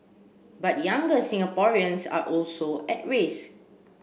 but younger Singaporeans are also at risk